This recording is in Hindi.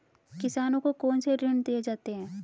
किसानों को कौन से ऋण दिए जाते हैं?